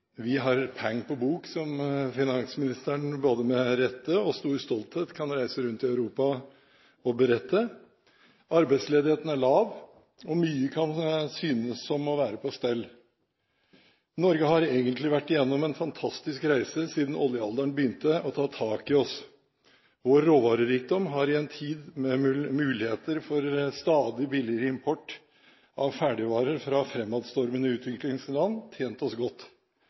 vi har «pæng på bok», som finansministeren både med rette og stor stolthet kan reise rundt i Europa og berette om. Arbeidsledigheten er lav, og mye kan synes å være på stell. Norge har egentlig vært igjennom en fantastisk reise siden oljealderen begynte å ta tak i oss. Vår råvarerikdom har i en tid med muligheter for stadig billigere import av ferdigvarer fra fremadstormende utviklingsland tjent oss godt.